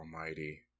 almighty